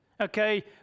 okay